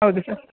ಹೌದು ಸರ್